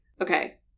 Okay